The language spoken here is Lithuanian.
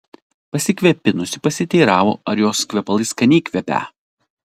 pasikvėpinusi pasiteiravo ar jos kvepalai skaniai kvepią